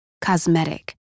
cosmetic